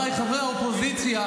חבריי חברי האופוזיציה,